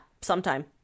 sometime